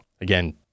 Again